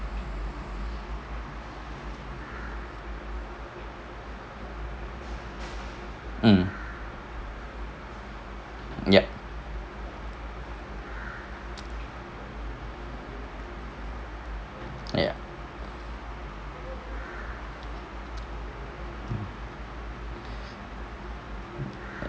mm yup ya